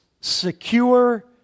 secure